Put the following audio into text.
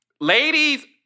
Ladies